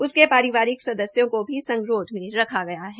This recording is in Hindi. उसके पारिवारिक सदस्यों को भी संगरोध में रखा गया है